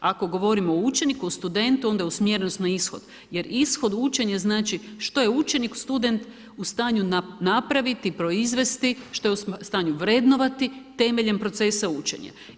Ako govorimo o učeniku, o studentu, onda je usmjerenost na ishod. jer ishod učenja znači što je učenik, student u stanju napraviti, proizvesti, što je u stanju vrednovati temeljem procesa učenja.